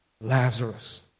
Lazarus